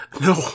No